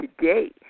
today